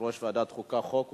יושב-ראש ועדת החוקה, חוק ומשפט.